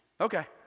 Okay